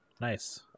nice